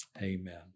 Amen